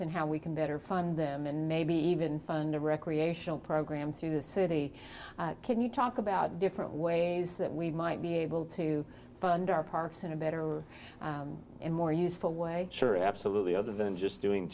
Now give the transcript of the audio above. and how we can better fund them and maybe even fund a recreational program through the city can you talk about different ways that we might be able to fund our parks in a better and more useful way sure absolutely other than just doing